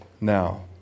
now